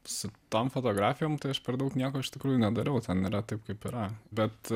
su tom fotografijom tai aš per daug nieko iš tikrųjų nedariau ten yra taip kaip yra bet